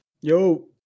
Yo